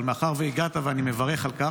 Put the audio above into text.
מאחר שהגעת, ואני מברך על כך,